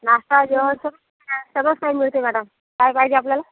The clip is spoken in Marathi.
नाष्टा जेवण सगळंच काही आहे सगळंच काही मिळतं आहे मॅडम काय पाहिजे आपल्याला